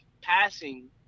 passing